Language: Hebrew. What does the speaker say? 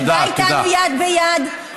שבא איתנו יד ביד,